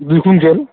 दुइ क्विनटेल